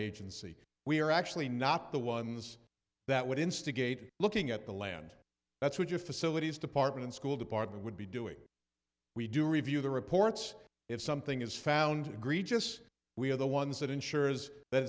agency we're actually not the ones that would instigate looking at the land that's what facilities department school department would be doing we do review the reports if something is found agree just we are the ones that ensures that